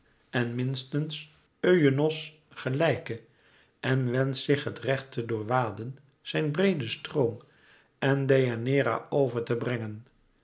en minstens euenos gelijke en wenscht zich het recht te doorwaden zijn breeden stroom en deianeira over te brengen